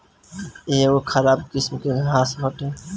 इ एगो खराब किस्म के घास हटे